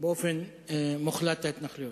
באופן מוחלט את ההתנחלויות.